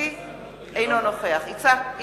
אינו נוכח צחי הנגבי,